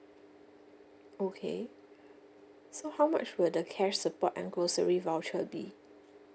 okay so how much will the cash support and grocery voucher be